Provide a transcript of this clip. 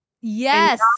Yes